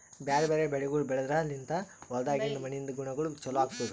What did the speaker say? ಬ್ಯಾರೆ ಬ್ಯಾರೆ ಬೆಳಿಗೊಳ್ ಬೆಳೆದ್ರ ಲಿಂತ್ ಹೊಲ್ದಾಗಿಂದ್ ಮಣ್ಣಿನಿಂದ ಗುಣಗೊಳ್ ಚೊಲೋ ಆತ್ತುದ್